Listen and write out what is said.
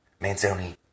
Manzoni